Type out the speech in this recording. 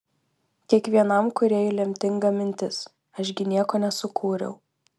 kiekvienam kūrėjui lemtinga mintis aš gi nieko nesukūriau